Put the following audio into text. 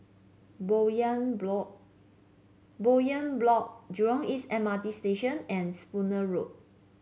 Bowyer Block Bowyer Block Jurong East M R T Station and Spooner Road